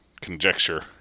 conjecture